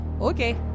okay